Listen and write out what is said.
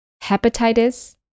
hepatitis